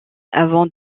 avant